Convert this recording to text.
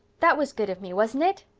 that was good of me, wasn't it?